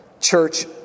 Church